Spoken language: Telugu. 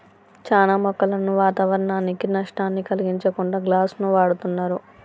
చానా మొక్కలను వాతావరనానికి నష్టాన్ని కలిగించకుండా గ్లాస్ను వాడుతున్నరు